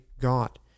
God